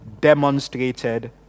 demonstrated